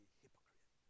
hypocrite